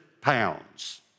pounds